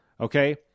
okay